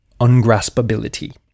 Ungraspability